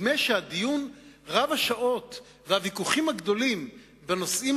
נדמה שהדיון רב השעות והוויכוחים הגדולים בנושאים